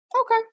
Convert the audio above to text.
okay